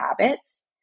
habits